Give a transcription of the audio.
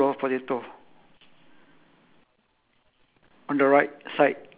K so just circle all the all the pear all the whol~ whole tree is it